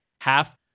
half